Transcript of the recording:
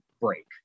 break